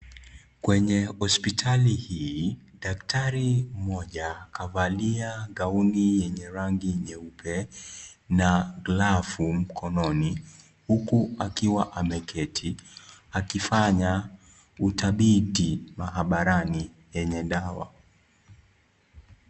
Kwenye hospitali hii daktari mmoja kavalia gaoni yenye rangi nyeupe na glavu mkononi huku akiwa ameketi akifanya utabiti maabarani yenye dawa.